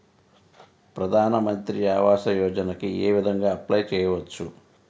ప్రధాన మంత్రి ఆవాసయోజనకి ఏ విధంగా అప్లే చెయ్యవచ్చు?